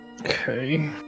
Okay